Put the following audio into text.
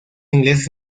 ingleses